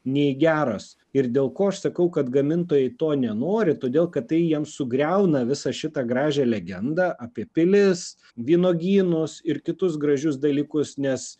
nei geros ir dėl ko aš sakau kad gamintojai to nenori todėl kad tai jiem sugriauna visą šitą gražią legendą apie pilis vynuogynus ir kitus gražius dalykus nes